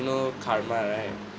know karma right